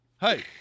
hey